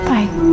Bye